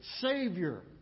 Savior